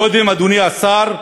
קודם, אדוני השר,